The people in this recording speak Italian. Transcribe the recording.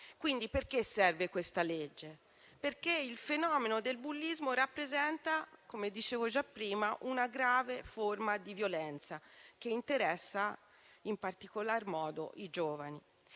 Perché serve questa legge? Perché il fenomeno del bullismo rappresenta, come dicevo già prima, una grave forma di violenza che interessa in particolar modo i giovani.